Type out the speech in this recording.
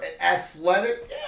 Athletic